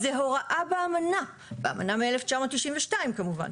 זו הוראה באמנה, באמנה מ-1992 כמובן.